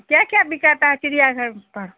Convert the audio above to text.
क्या क्या बिकाता है चिड़ियाघर पर